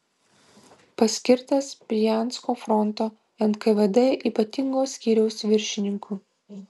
paskirtas briansko fronto nkvd ypatingo skyriaus viršininku